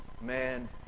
Man